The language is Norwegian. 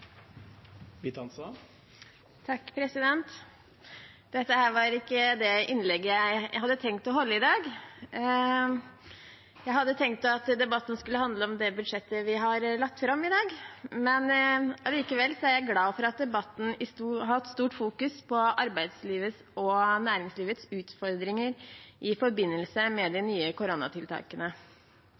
Dette var ikke det innlegget jeg hadde tenkt å holde i dag. Jeg hadde tenkt at debatten skulle handle om det budsjettet vi har lagt fram. Likevel er jeg glad for at debatten har fokusert på arbeidslivets og næringslivets utfordringer i forbindelse med de nye koronatiltakene.